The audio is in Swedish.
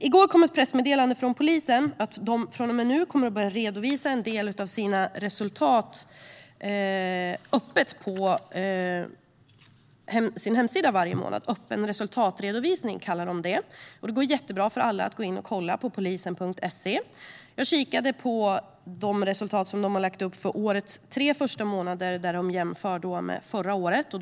I går kom ett pressmeddelande från Polismyndigheten om att man från och med nu kommer att redovisa en del resultat öppet på hemsidan varje månad, så kallad öppnare resultatredovisning. Alla kan gå in på polisen.se. Jag har kikat på de resultat som polisen har lagt ut för årets tre första månader och där en jämförelse med förra året görs.